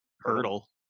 Hurdle